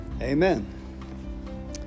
Amen